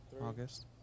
August